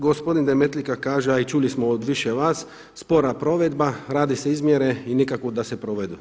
Gospodin Demetlika kaže, a i čuli smo od više vas, spora provedba, rade se izmjere i nikako da se provedu.